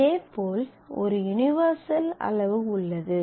இதேபோல் ஒரு யூனிவெர்சல் அளவு உள்ளது